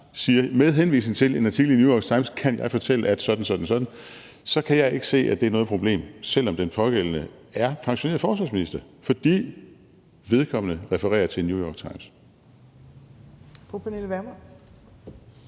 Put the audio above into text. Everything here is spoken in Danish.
man med henvisning til et eller andet, der har stået i New York Times, siger sådan og sådan, så kan jeg ikke se, at det er noget problem, selv om den pågældende er pensioneret forsvarsminister, fordi vedkommende refererer til New York Times.